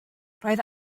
roedd